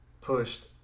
pushed